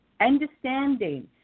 understanding